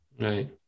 Right